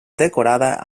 decorada